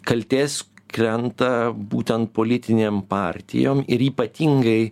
kaltės krenta būtent politinėm partijom ir ypatingai